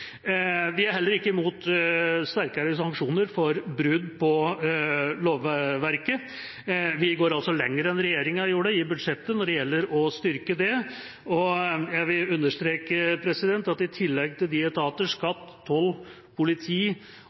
Vi er heller ikke imot sterkere sanksjoner for brudd på lovverket. Vi går lenger enn det regjeringa gjorde i budsjettet når det gjelder å styrke det. Jeg vil understreke at i tillegg til etater